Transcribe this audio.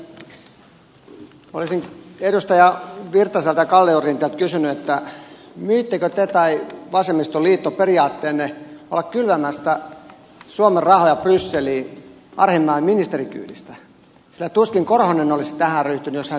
olisin edustaja virtaselta ja edustaja kalliorinteeltä kysynyt myittekö te tai vasemmistoliitto periaatteenne olla kylvämättä suomen rahoja brysseliin arhinmäen ministerikyydistä sillä tuskin korhonen olisi tähän ryhtynyt jos hän teidän puoluettanne vielä johtaisi